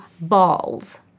balls